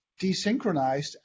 desynchronized